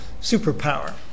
superpower